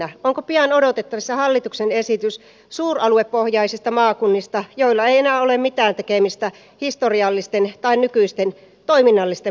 onko pian odotettavissa hallituksen esitys suuraluepohjaisista maakunnista joilla ei enää ole mitään tekemistä historiallisten tai nykyisten toiminnallisten maakuntien kanssa